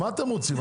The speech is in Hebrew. מה אתם רוצים?